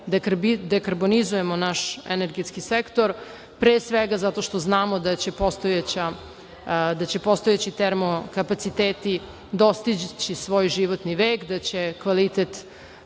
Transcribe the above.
dekarbonizujemo naš energetski sektor, pre svega što znamo da će postojeći termo kapaciteti dostići svoj životni vek, da će kvalitet